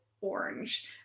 orange